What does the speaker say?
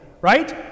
right